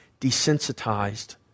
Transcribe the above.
desensitized